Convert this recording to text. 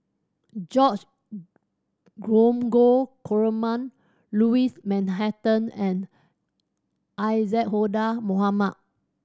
George Dromgold Coleman Louis Mountbatten and Isadhora Mohamed